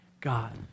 God